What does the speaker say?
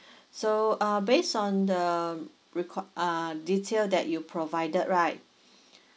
so uh based on the record uh detail that you provided right